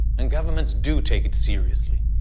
and governments do take it seriously.